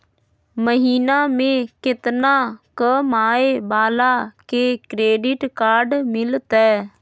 महीना में केतना कमाय वाला के क्रेडिट कार्ड मिलतै?